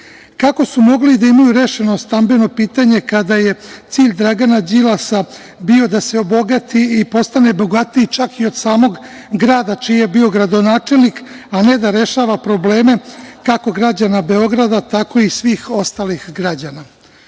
su mogli da imaju rešeno stambeno pitanje, kada je cilj Dragana Đilasa bio da se obogati i postane bogatiji čak i od samog grada, čiji je bio gradonačelnik, a ne da rešava probleme, kako građana Beograda, tako i svih ostalih građana. Aktuelna